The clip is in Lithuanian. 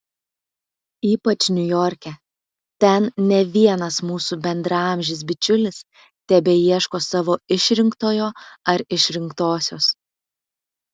ypač niujorke ten ne vienas mūsų bendraamžis bičiulis tebeieško savo išrinktojo ar išrinktosios